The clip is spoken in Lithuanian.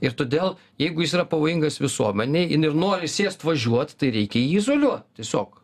ir todėl jeigu jis yra pavojingas visuomenei ir nori sėst važiuot tai reikia jį izoliuot tiesiog